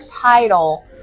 title